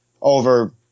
over